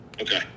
Okay